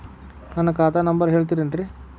ನನ್ನ ಖಾತಾ ನಂಬರ್ ಹೇಳ್ತಿರೇನ್ರಿ?